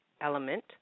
element